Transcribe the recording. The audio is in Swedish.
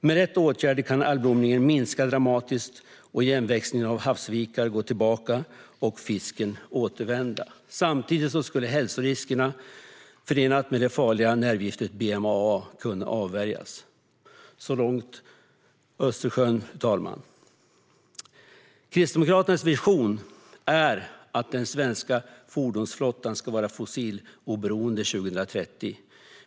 Med rätt åtgärder kan algblomningen minska dramatiskt, igenväxningen av havsvikar gå tillbaka och fisken återvända. Samtidigt skulle de hälsorisker som är förenade med nervgiftet BMAA kunna avvärjas. Så långt Östersjön, fru talman. Kristdemokraternas vision är att den svenska fordonsflottan ska vara fossiloberoende år 2030.